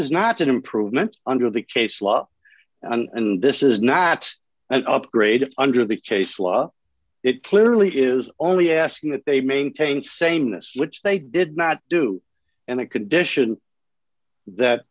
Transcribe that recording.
is not an improvement under the case law and this is not an upgrade under the case law it clearly is only asking that they maintain sameness which they did not do and a condition that